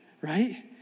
right